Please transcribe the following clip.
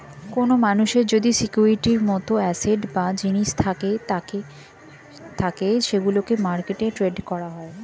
কোন মানুষের যদি সিকিউরিটির মত অ্যাসেট বা জিনিস থেকে থাকে সেগুলোকে মার্কেটে ট্রেড করা হয়